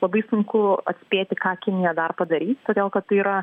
labai sunku atspėti ką kinija dar padarys todėl kad tai yra